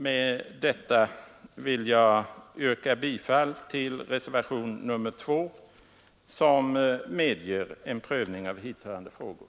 Med det anförda yrkar jag bifall till reservationen 2, som medger en prövning av hithörande frågor.